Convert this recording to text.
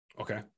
Okay